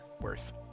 worth